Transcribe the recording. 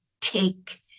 take